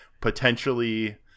potentially